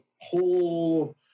whole